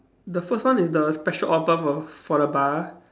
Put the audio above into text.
the first one is the special offer for for the bar